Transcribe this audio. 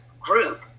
group